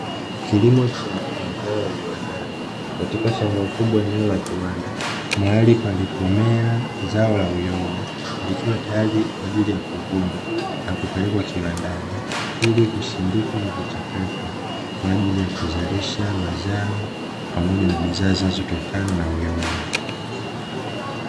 Kilimo cha mazao ya viwandani katika shamba kubwa eneo la kiwanda ni mahali palipomea zao la uyoga, likiwa tayari kwa ajili ya kuvunwa na kupelekwa kiwandani ili kusindikwa na kuchakatwa, kwa ajili ya kuzalisha mazao pamoja na bidhaa zinazotokana na uyoga.